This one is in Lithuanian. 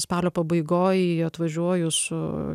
spalio pabaigoj atvažiuoju su